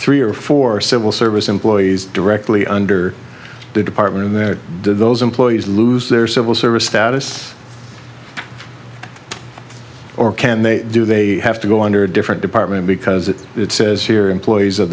three or four civil service employees directly under the department did those employees lose their civil service status or can they do they have to go under a different department because it says here employees of